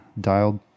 dialed